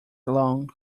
along